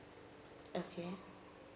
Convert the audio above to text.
okay